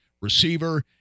receiver